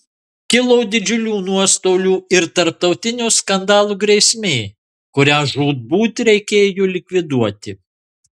kilo didžiulių nuostolių ir tarptautinio skandalo grėsmė kurią žūtbūt reikėjo likviduoti